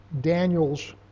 Daniel's